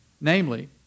Namely